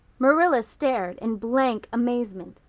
marilla stared in blank amazement.